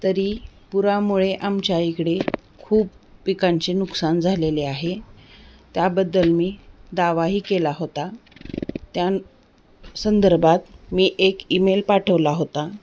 तरी पुरामुळे आमच्या इकडे खूप पिकांचे नुकसान झालेले आहे त्याबद्दल मी दावाही केला होता त्या संदर्भात मी एक ईमेल पाठवला होता